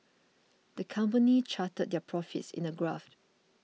the company charted their profits in a graph